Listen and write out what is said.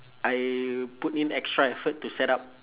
I put in extra effort to set up